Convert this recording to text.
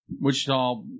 Wichita